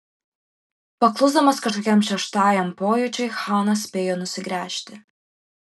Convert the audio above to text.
paklusdamas kažkokiam šeštajam pojūčiui chanas spėjo nusigręžti